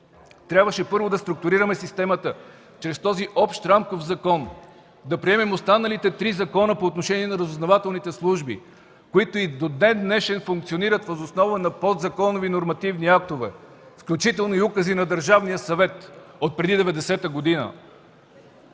Трябваше първо да структурираме системата чрез този общ рамков закон, да приемем останалите три закона по отношение на разузнавателните служби, които и до ден-днешен функционират въз основа на подзаконови нормативни актове, включително и укази на Държавния съвет отпреди 1990 г.